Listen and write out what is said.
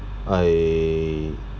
I